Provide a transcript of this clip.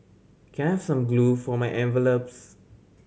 can I have some glue for my envelopes